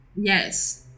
Yes